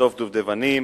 לקטוף דובדבנים